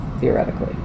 theoretically